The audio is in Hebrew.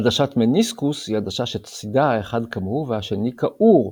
עדשת מניסקוס היא עדשה שצדה האחד קמור והשני קעור,